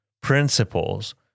principles